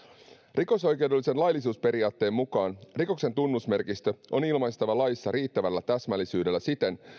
rikosoikeudellisen laillisuusperiaatteen mukaan rikoksen tunnusmerkistö on ilmaistava laissa riittävällä täsmällisyydellä siten